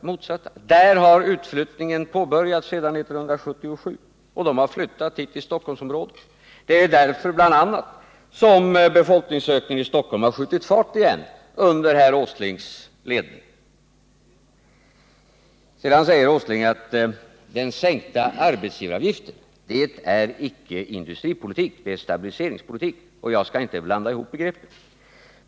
Där påbörjades utflyttningen 1977, och människorna har flyttat hit till Stockholmsområdet. Det är bl.a. därför som befolkningsökningen i Stockholm har skjutit fart igen, och det har skett under herr Åslings ledning. Sedan sade Nils Åsling att den sänkta arbetsgivaravgiften inte är en industripolitisk åtgärd utan en stabiliseringspolitisk sådan. Jag skall inte blanda ihop begreppen, sades det.